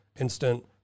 instant